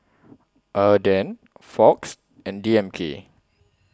Aden Fox and D M K